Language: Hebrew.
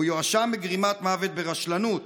הוא יואשם בגרימת מוות ברשלנות.